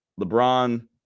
LeBron